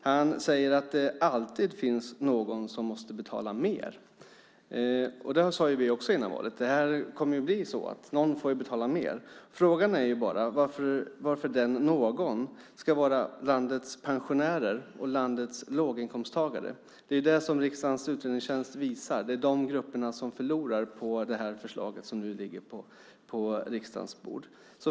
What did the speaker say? Han säger att det alltid finns någon som måste betala mer. Det sade vi också före valet. Det kommer att bli så att någon får betala mer. Frågan är bara varför denna någon ska vara landets pensionärer och landets låginkomsttagare. Det är det som riksdagens utredningstjänst visar. Det är de grupperna som förlorar på det förslag som nu ligger på riksdagens bord.